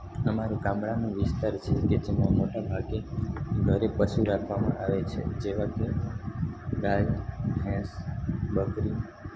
અમારું ગામડાનું વિસ્તાર છે કે જેમાં મોટા ભાગે ઘરે પશુ રાખવામાં આવે છે જેવા કે ગાય ભેંસ બકરી